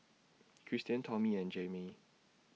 Christen Tommy and Jayme